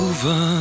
Over